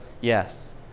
yes